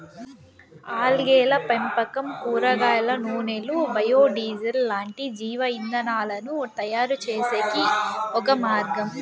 ఆల్గేల పెంపకం కూరగాయల నూనెలు, బయో డీజిల్ లాంటి జీవ ఇంధనాలను తయారుచేసేకి ఒక మార్గం